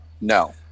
No